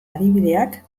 adibideak